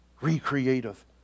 Re-creative